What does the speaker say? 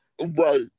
Right